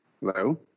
Hello